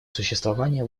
существование